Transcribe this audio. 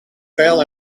pijl